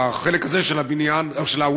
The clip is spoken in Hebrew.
בחלק הזה של האולם,